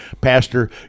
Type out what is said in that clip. Pastor